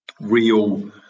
real